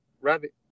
Rabbit